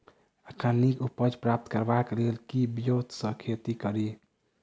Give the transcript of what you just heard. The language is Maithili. एखन नीक उपज प्राप्त करबाक लेल केँ ब्योंत सऽ खेती कड़ी?